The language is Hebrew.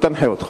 היא תנחה אותך.